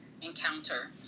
encounter